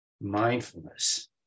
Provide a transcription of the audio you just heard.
mindfulness